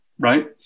right